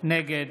נגד